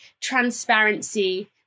transparency